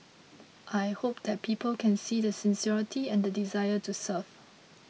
I hope that people can see the sincerity and the desire to serve